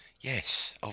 Yes